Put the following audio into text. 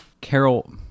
Carol